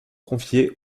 confiée